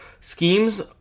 schemes